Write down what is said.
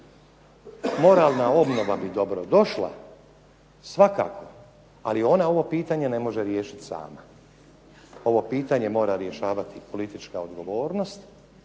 Moralna obnova bi dobrodošla, svakako, ali ona ovo pitanje ne može riješiti sama. Ovo pitanje mora rješavati politička odgovornost.